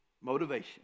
Motivation